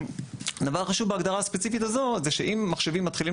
הדבר החשוב בהגדרה הספציפית הזאת זה שאם מחשבים מתחילים